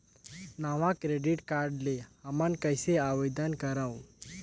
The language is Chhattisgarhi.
नवा डेबिट कार्ड ले हमन कइसे आवेदन करंव?